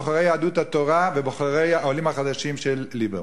בוחרי יהדות התורה ובוחרי העולים החדשים של ליברמן.